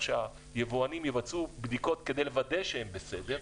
שהיבואנים יבצעו בדיקות כדי לוודא שהם בסדר,